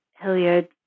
Hilliard